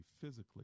physically